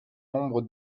nombre